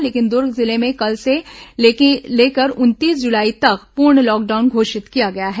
लेकिन दुर्ग जिले में कल से लेकर उनतीस जुलाई तक प्रर्ण लॉकडाउन घोषित किया गया है